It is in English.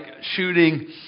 shooting